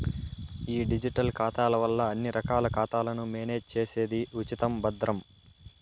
ఈ డిజిటల్ ఖాతాల వల్ల అన్ని రకాల ఖాతాలను మేనేజ్ చేసేది ఉచితం, భద్రం